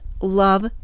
love